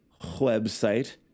website